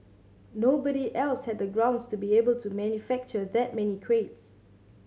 nobody else had the grounds to be able to manufacture that many crates